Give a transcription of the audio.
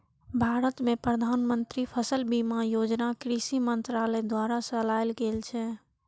भारत मे प्रधानमंत्री फसल बीमा योजना कृषि मंत्रालय द्वारा चलाएल गेल छै